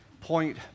point